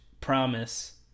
promise